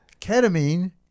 Ketamine